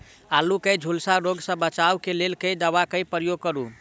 आलु केँ झुलसा रोग सऽ बचाब केँ लेल केँ दवा केँ प्रयोग करू?